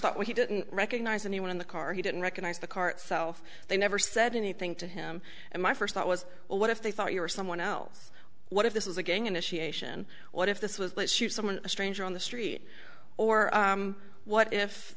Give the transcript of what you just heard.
thought when he didn't recognize anyone in the car he didn't recognize the car itself they never said anything to him and my first thought was well what if they thought you were someone else what if this was a gang initiation what if this was let's shoot someone a stranger on the street or what if